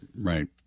Right